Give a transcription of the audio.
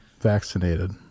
Vaccinated